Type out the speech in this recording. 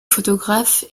photographe